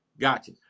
gotcha